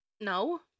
no